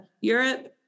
Europe